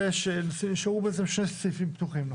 נשארו בעצם שני סעיפים פתוחים.